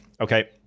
okay